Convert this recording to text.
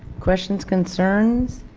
questions, concerns?